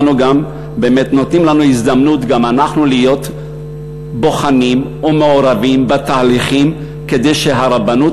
הזדמנות להיות בוחנים ומעורבים בתהליכים כדי שהרבנות